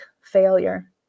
failure